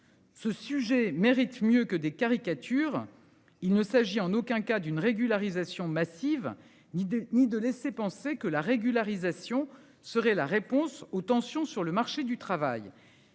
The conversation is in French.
Ce sujet mérite mieux que des caricatures. Il ne s'agit en aucun cas d'une régularisation massive, ni des ni de laisser penser que la régularisation serait la réponse aux tensions sur le marché du travail.